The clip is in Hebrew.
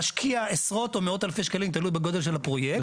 להשקיע עשרות או מאות אלפי שקלים תלוי בגודל של הפרויקט.